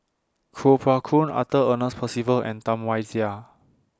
Kuo Pao Kun Arthur Ernest Percival and Tam Wai Jia